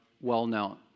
well-known